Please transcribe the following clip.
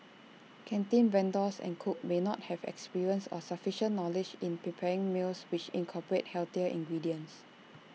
canteen vendors and cooks may not have experience or sufficient knowledge in preparing meals which incorporate healthier ingredients